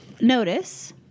notice